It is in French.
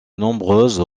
nombreuses